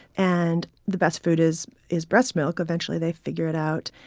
and the best food is is breast milk. eventually they figure it out,